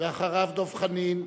ואחריו, דב חנין.